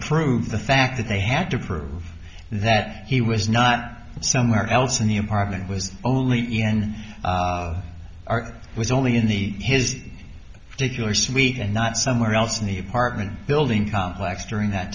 prove the fact that they had to prove that he was not somewhere else in the apartment was only a n r it was only in the his peculiar suite and not somewhere else in the apartment building complex during that